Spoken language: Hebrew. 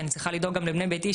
כי אני צריכה לדאוג גם לבני ביתי,